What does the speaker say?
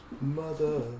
Mother